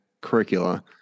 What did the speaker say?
curricula